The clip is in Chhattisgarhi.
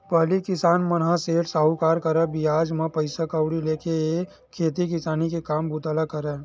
पहिली किसान मन ह सेठ, साहूकार करा ले बियाज म पइसा कउड़ी लेके खेती किसानी के काम बूता ल करय